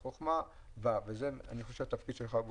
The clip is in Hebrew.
וזה התפקיד שלך,